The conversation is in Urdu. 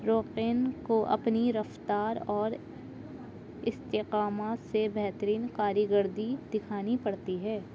روقین کو اپنی رفتار اور استقامت سے بہترین کارکردگی دکھانی پڑتی ہے